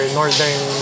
northern